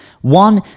One